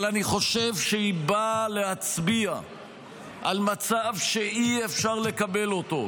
אבל אני חושב שהיא באה להצביע על מצב שאי-אפשר לקבל אותו,